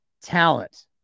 talent